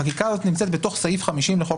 החקיקה הזאת נמצאת בתוך סעיף 50 לחוק